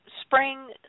spring